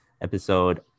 Episode